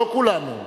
לא כולנו,